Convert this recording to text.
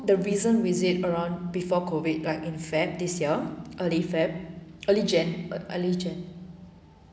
the recent visit around before COVID like in Feb this year early Feb early Jan early Jan